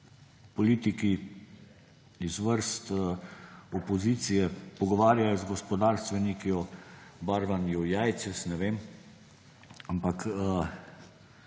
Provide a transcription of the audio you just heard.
politiki iz vrst opozicije pogovarjajo z gospodarstveniki o barvanju jajc, jaz ne vem, ampak,